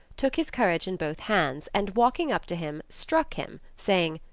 took his courage in both hands, and walking up to him struck him, saying,